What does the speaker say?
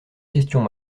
questions